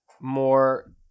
more